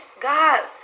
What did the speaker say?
God